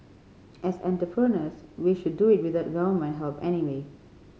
as entrepreneurs we should do it without Government help anyway